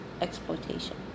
exploitation